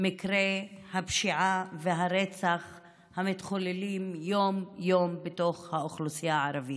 מקרי הפשיעה והרצח המתחוללים יום-יום בתוך האוכלוסייה הערבית.